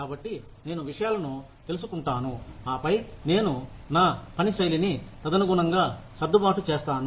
కాబట్టి నేను విషయాలను తెలుసుకుంటాను ఆపై నేను నా పని శైలిని తదనుగుణంగా సర్దుబాటు చేస్తాను